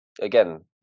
again